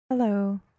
Hello